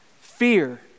Fear